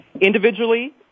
Individually